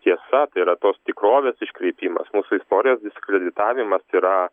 tiesa tai yra tos tikrovės iškreipimas mūsų istorijos diskreditavimas yra